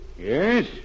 Yes